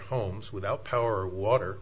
homes without power water